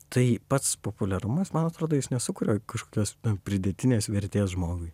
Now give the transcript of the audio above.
tai pats populiarumas man atrodo jis nesukuria kažkokios pridėtinės vertės žmogui